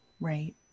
Right